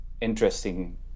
interesting